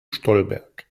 stolberg